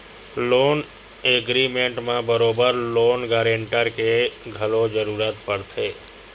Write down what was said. loan agreement म बरोबर loan guarantor के घलो जरुरत पड़थे